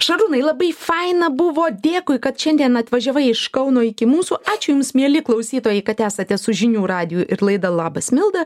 šarūnai labai faina buvo dėkui kad šiandien atvažiavai iš kauno iki mūsų ačiū jums mieli klausytojai kad esate su žinių radiju ir laida labas milda